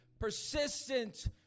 Persistent